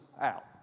out